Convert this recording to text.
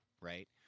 right